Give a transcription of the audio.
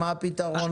מה הפתרון?